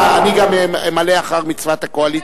אני גם ממלא אחר מצוות הקואליציה.